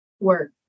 Work